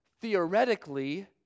theoretically